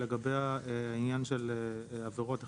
לגבי העניין של עבירות 1,